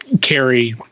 carry